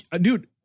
dude